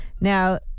Now